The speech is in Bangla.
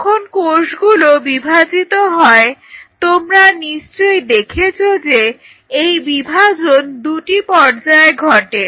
যখন কোষগুলো বিভাজিত হয় তোমরা নিশ্চয়ই দেখেছ যে এই বিভাজন দুটি পর্যায়ে ঘটে